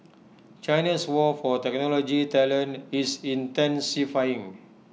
China's war for technology talent is intensifying